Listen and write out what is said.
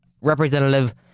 representative